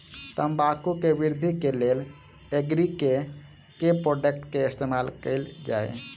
तम्बाकू केँ वृद्धि केँ लेल एग्री केँ के प्रोडक्ट केँ इस्तेमाल कैल जाय?